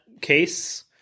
case